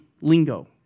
lingo